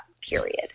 period